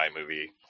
movie